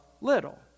little